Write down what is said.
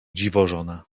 dziwożona